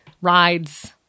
rides